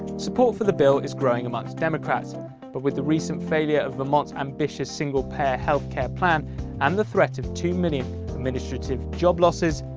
support for the bill is growing amongst democrats but with the recent failure of vermont's ambitious single-payer health care plan and the threat of two million administrative job losses,